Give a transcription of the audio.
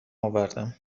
آوردم